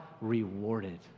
rewarded